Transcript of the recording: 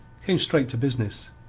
came straight to business.